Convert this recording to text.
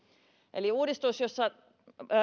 eli uudistus jossa